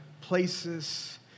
places